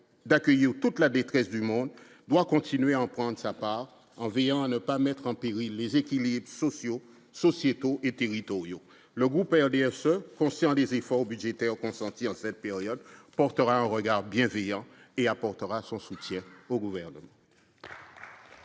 d'accueillir toute la détresse du monde doit continuer à en prendre sa part, en veillant à ne pas mettre en péril les équilibres, sociaux, sociétaux et territoriaux, le groupe RDSE conscient des efforts budgétaires consentis en cette période portera un regard bienveillant et apportera son soutien au gouvernement.